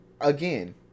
Again